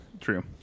True